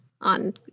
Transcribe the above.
on